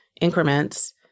increments